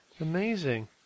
Amazing